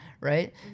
right